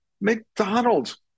McDonald's